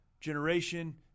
generation